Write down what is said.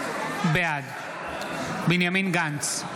בעד בנימין גנץ,